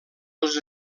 els